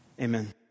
Amen